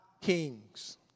kings